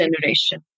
generation